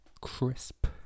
crisp